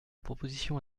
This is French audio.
proposition